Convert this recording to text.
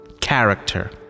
character